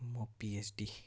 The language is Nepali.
म पिएचडी